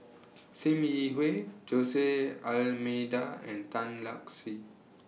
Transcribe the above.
SIM Yi Hui Josey Almeida and Tan Lark Sye